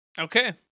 Okay